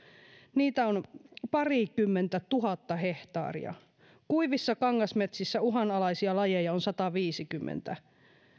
niitä on parikymmentätuhatta hehtaaria kuivissa kangasmetsissä uhanalaisia lajeja on sataviisikymmentä